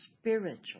spiritual